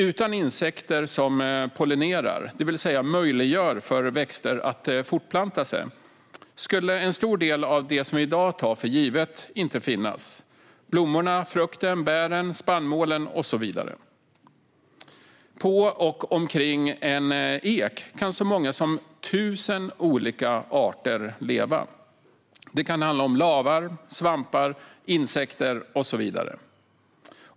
Utan insekter som pollinerar, det vill säga möjliggör för växter att fortplanta sig, skulle en stor del av det som vi i dag tar för givet inte finnas: blommorna, frukten, bären, spannmålen och så vidare. På och omkring en ek kan så många som tusen olika arter leva. Det kan handla om lavar, svampar, insekter och så vidare.